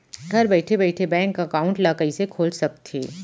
घर बइठे बइठे बैंक एकाउंट ल कइसे खोल सकथे?